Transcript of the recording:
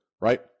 right